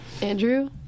Andrew